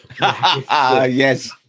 Yes